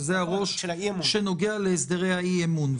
וזה הראש שנוגע להסדרי האי-אמון.